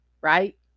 right